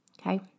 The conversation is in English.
Okay